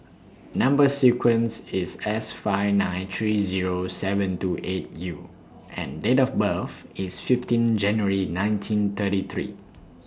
Number sequence IS S five nine three Zero seven two eight U and Date of birth IS fifteen January nineteen thirty three